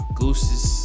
gooses